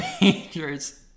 majors